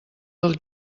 del